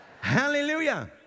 Hallelujah